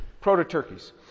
Proto-Turkeys